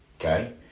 Okay